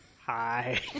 Hi